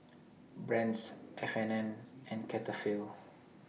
Brand's F and N and Cetaphil